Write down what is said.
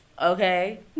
okay